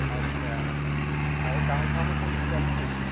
ଆଚ୍ଛା ଆଉ କାମଫାମ କେମିତି ଚାଲିଛି